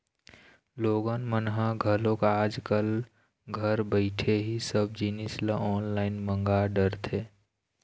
लोगन मन ह घलोक आज कल घर बइठे ही सब जिनिस ल ऑनलाईन मंगा डरथे